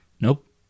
Nope